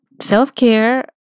self-care